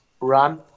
run